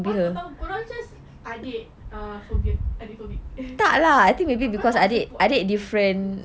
mana aku tahu kau orang just adik uh phobia adik phobic apa tak